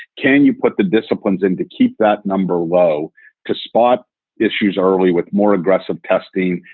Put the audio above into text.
can you put the disciplines in to keep that number low despite issues early with more aggressive testing,